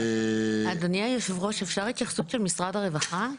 אדוני היושב-ראש, אפשר התייחסות של משרד הרווחה?